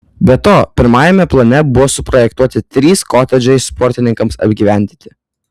be to pirmajame plane buvo suprojektuoti trys kotedžai sportininkams apgyvendinti